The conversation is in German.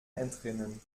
entrinnen